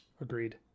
Agreed